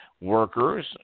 workers